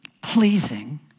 pleasing